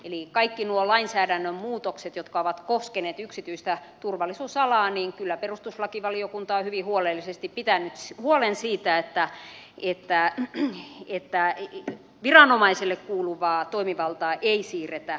eli kaikissa noissa lainsäädännön muutoksissa jotka ovat koskeneet yksityistä turvallisuusalaa perustuslakivaliokunta on kyllä hyvin huolellisesti pitänyt huolen siitä että viranomaiselle kuuluvaa toimivaltaa ei siirretä muille tahoille